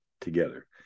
together